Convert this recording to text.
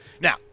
Now